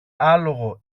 άλογο